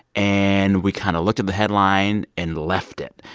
and we kind of looked at the headline and left it.